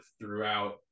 throughout